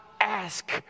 ask